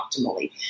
optimally